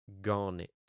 Garnet